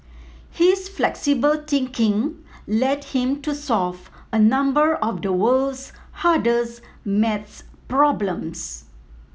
his flexible thinking led him to solve a number of the world's hardest maths problems